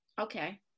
okay